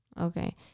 Okay